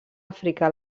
àfrica